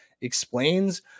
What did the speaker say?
explains